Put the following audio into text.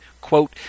Quote